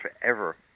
forever